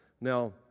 Now